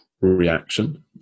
reaction